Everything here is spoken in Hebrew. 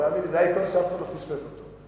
תאמין לי, זה היה עיתון שאף אחד לא פספס אותו.